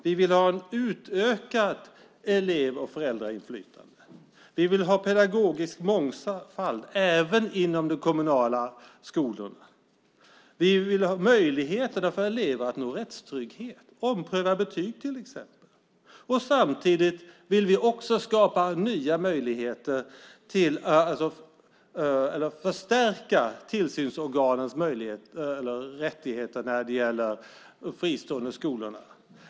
Vi vill ha ett utökat elev och föräldrainflytande. Vi vill ha pedagogisk mångfald, även inom de kommunala skolorna. Vi vill ha möjligheten för eleverna att nå rättstrygghet och ompröva betyg till exempel. Samtidigt vill vi också förstärka tillsynsorganens rättigheter vad gäller de fristående skolorna.